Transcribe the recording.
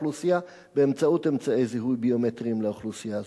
האוכלוסייה באמצעות אמצעי זיהוי ביומטריים לאוכלוסייה הזו.